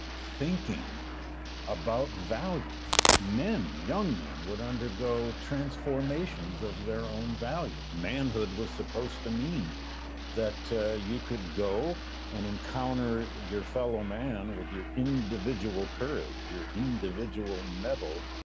thinking about values, men, young men would undergo transformations of their own values. manhood was supposed to mean that you could go and encounter your fellow man with your individual courage, your individual mettle.